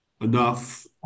enough